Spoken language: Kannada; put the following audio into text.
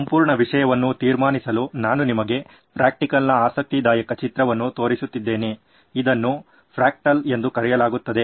ಈ ಸಂಪೂರ್ಣ ವಿಷಯವನ್ನು ತೀರ್ಮಾನಿಸಲು ನಾನು ನಿಮಗೆ ಫ್ರ್ಯಾಕ್ಟಲ್ನ ಆಸಕ್ತಿದಾಯಕ ಚಿತ್ರವನ್ನು ತೋರಿಸುತ್ತಿದ್ದೇನೆ ಇದನ್ನು ಫ್ರ್ಯಾಕ್ಟಲ್ ಎಂದು ಕರೆಯಲಾಗುತ್ತದೆ